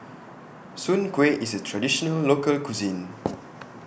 Soon Kway IS A Traditional Local Cuisine